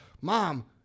mom